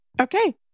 Okay